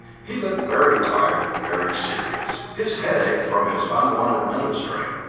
he looked very tired, and very serious. his head ached from his unwonted mental strain,